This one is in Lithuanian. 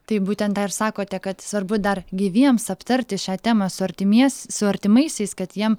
tai būtent tą ir sakote kad svarbu dar gyviems aptarti šią temą su artimies su artimaisiais kad jiem